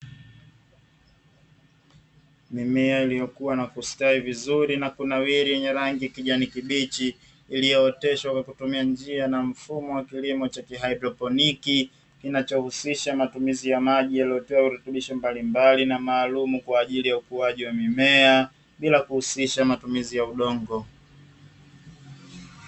Mimea iliyokuwa na kustawi vizuri na kunawiri yenye rangi ya kijani kibichi, iliyooteshwa kwa kutumia njia na mfumo wa kilimo cha kihaidroponi, kinachohusisha matumizi ya maji yaliyotiwa virutubishi mbalimbali na maalumu kwa ajili ya ukuaji wa mimea bila kuhusisha matumizi ya udongo.